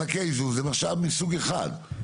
מענקי איזון זה משאב מסוג אחד.